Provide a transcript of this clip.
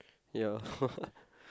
ya